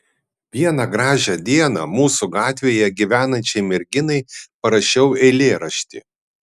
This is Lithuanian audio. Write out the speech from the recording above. vieną gražią dieną mūsų gatvėje gyvenančiai merginai parašiau eilėraštį